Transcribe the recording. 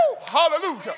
Hallelujah